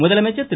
முதலமைச்சர் திரு